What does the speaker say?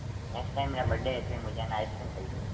next time मेरा birthday है इसलिए मुझे ना आइसक्रीम खरीदनी है